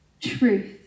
truth